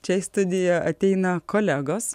čia į studiją ateina kolegos